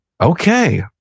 Okay